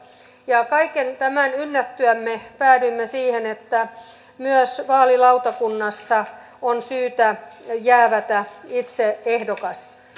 kaiken tämän ynnättyämme päädyimme siihen että myös vaalilautakunnassa on syytä jäävätä itse ehdokas